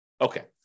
Okay